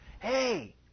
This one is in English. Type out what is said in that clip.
Hey